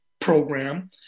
program